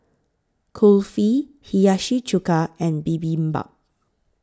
Kulfi Hiyashi Chuka and Bibimbap